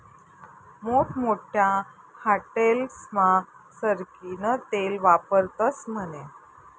मोठमोठ्या हाटेलस्मा सरकीनं तेल वापरतस म्हने